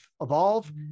Evolve